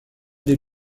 des